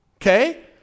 okay